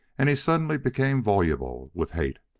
and he suddenly became voluble with hate.